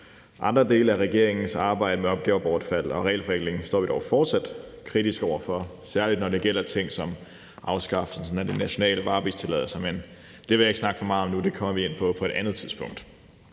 Andre dele af regeringens arbejde med opgavebortfald og regelforenkling stiller vi os dog fortsat kritisk over for, særlig når det gælder ting som afskaffelsen af de nationale varebilstilladelser. Men det vil jeg ikke snakke så meget om nu; det kommer vi ind på på et andet tidspunkt.